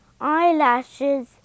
eyelashes